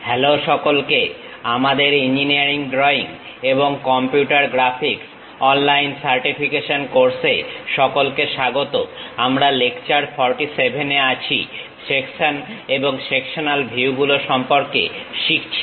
hello সকলকে আমাদের engineering drawing এবং computer graphics online certification course এ সকলকে স্বাগত আমরা লেকচার 47 এ আছি সেকশন এবং সেকশনাল ভিউ গুলো সম্পর্কে শিখছি